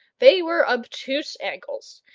they were obtuse angles,